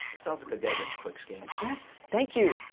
this sounds like a get-rich-quick scheme. yes, thank you!